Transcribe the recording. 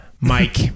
Mike